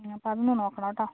അപ്പം അതൊന്ന് നോക്കണം കേട്ടോ